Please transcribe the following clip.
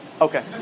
okay